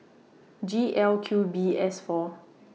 G L Q B S four